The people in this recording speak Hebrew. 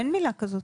אין מילה כזאת.